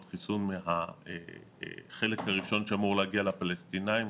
חיסון מהחלק הראשון שאמור להגיע לפלסטינים.